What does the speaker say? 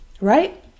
Right